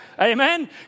Amen